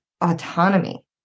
autonomy